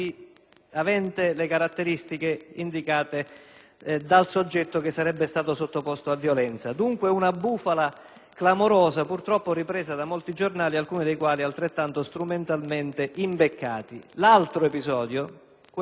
del soggetto che sarebbe stato sottoposto a violenza. Dunque una bufala clamorosa, purtroppo ripresa da molti giornali, alcuni dei quali altrettanto strumentalmente imbeccati. L'altro episodio, quello di due giorni fa, purtroppo è vero: